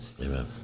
Amen